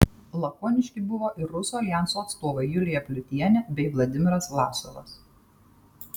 lakoniški buvo ir rusų aljanso atstovai julija pliutienė bei vladimiras vlasovas